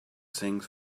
things